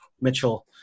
Mitchell